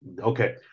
Okay